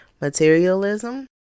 materialism